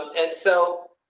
um and so.